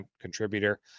contributor